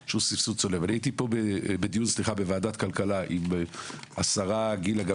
בפתרונות חלופיים,